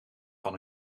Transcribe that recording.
van